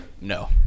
No